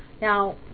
now